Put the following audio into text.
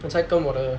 我在跟我的